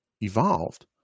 evolved